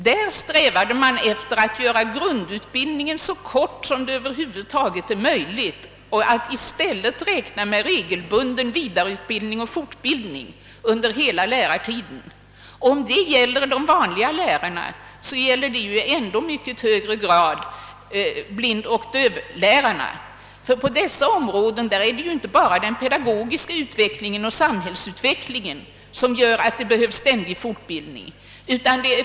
Man strävade där efter att göra grundutbildningen så kort som möjlig och i stället räkna med regelbunden vidareutbildning och fortbildning under hela lärartiden. Om detta gäller de vanliga lärarna, så gäller det i ännu högre grad blindoch dövlärarna. På dessa områden är det inte bara den pedagogiska utvecklingen och samhällsutvecklingen som gör att det behövs ständig fortbildning.